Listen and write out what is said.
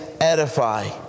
edify